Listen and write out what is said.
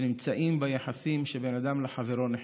שנמצאים ביחסים שבין אדם לחברו נחצים.